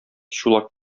чулак